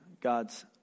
God's